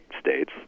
states